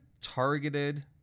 targeted